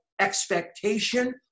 expectation